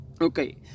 okay